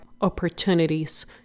opportunities